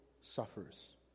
suffers